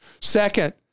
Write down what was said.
Second